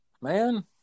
Man